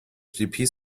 http